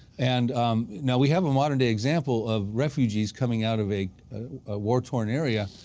and now we have a modern day example of refugees coming out of a war torn area,